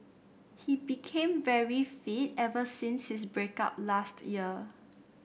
he became very fit ever since his break up last year